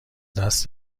دست